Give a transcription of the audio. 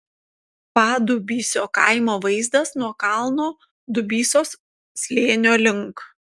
padubysio kaimo vaizdas nuo kalno dubysos slėnio link